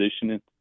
positioning